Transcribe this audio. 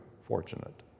fortunate